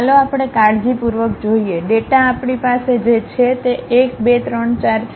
ચાલો આપણે કાળજીપૂર્વક જોઈએ ડેટા આપણી પાસે જે છે તે 1 2 3 4 છે